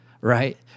right